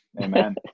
Amen